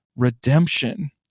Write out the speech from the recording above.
Redemption